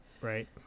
Right